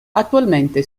attualmente